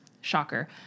shocker